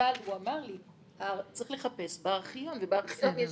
אבל הוא אמר לי שצריך לחפש בארכיון ובארכיון יש